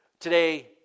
today